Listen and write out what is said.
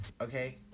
okay